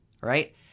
right